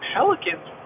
Pelicans